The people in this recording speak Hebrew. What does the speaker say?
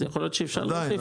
אז יכול להיות שאפשר להוסיף.